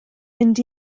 mynd